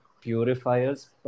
purifiers